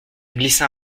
glissa